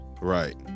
right